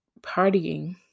partying